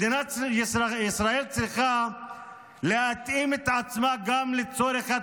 מדינת ישראל צריכה להתאים את עצמה גם לצורך התקופה.